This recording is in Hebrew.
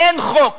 אין חוק